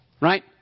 right